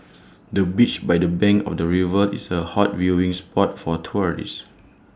the beach by the bank of the river is A hot viewing spot for tourists